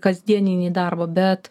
kasdieninį darbą bet